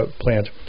plant